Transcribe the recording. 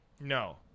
No